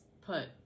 put